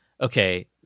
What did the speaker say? okay